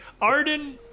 Arden